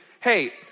Hey